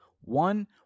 One